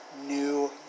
New